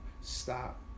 stop